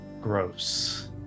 gross